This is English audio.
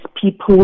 people